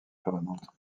permanente